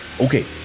Okay